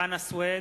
חנא סוייד,